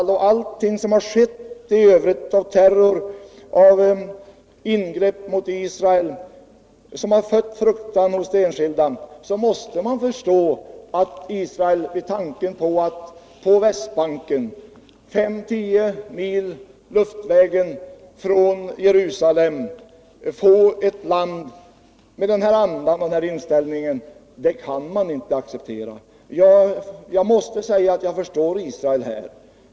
Efter alla anfall och all terror mot Israel som fött fruktan hos enskilda, måste man förstå att Israel inte kan acceptera att det vid Västbanken, 5-10 mil fågelvägen från Jerusalem, bildas en stat med den här andan och inställningen. Jag måste säga att jag förstår Israel.